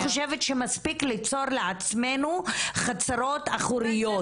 שמספיק ליצור לעצמנו חצרות אחוריות.